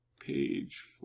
page